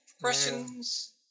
Questions